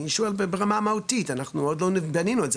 אני שואל ברמה המהותית, אנחנו עוד לא דנו בזה.